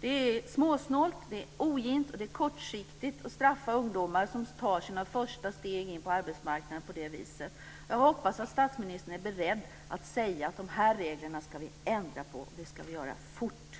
Det är småsnålt, det är ogint och det är kortsiktigt att straffa ungdomar som tar sina första steg in på arbetsmarknaden på det viset. Jag hoppas att statsministern är beredd att säga: De här reglerna ska vi ändra på, och det ska vi göra fort.